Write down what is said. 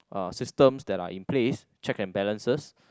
uh systems that are in place check and balances